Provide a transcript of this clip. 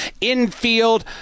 infield